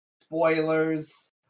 spoilers